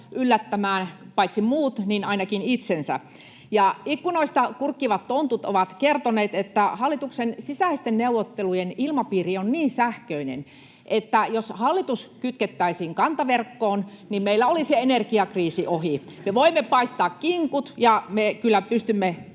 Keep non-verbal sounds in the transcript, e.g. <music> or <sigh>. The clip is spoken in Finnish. yllättämään paitsi muut myös ainakin itsensä. Ikkunoista kurkkivat tontut ovat kertoneet, että hallituksen sisäisten neuvottelujen ilmapiiri on niin sähköinen, että jos hallitus kytkettäisiin kantaverkkoon, niin meillä olisi energiakriisi ohi. <laughs> Me voimme paistaa kinkut, ja me kyllä pystymme